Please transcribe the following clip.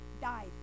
died